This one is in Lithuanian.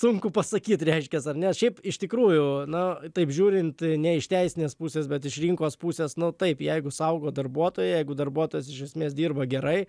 sunku pasakyt reiškias ar ne šiaip iš tikrųjų na taip žiūrint ne iš teisinės pusės bet iš rinkos pusės nu taip jeigu saugo darbuotojai jeigu darbuotojas iš esmės dirba gerai